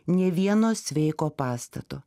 ne vieno sveiko pastato